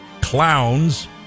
Clowns